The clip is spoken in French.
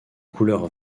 couleur